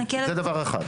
זה דבר אחד.